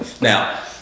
Now